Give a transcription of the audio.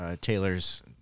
Taylor's